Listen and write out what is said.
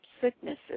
sicknesses